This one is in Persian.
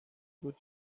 بود